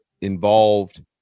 involved